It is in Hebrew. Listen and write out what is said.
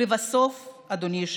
ולבסוף, אדוני היושב-ראש,